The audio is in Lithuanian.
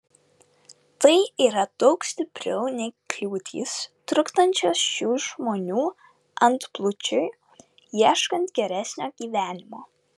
tai yra daug stipriau nei kliūtys trukdančios šių žmonių antplūdžiui ieškant geresnio gyvenimo